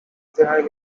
general